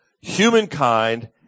humankind